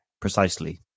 precisely